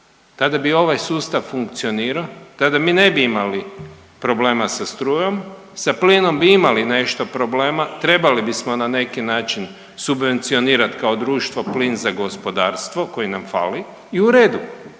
tada bi ovaj sustav funkcionirao, tada mi ne bi imali problema sa strujom, sa plinom bi imali nešto problema, trebali bismo na neki način subvencionirat kao društvo plin za gospodarstvo koji nam fali i u redu,